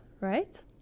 right